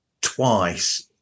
twice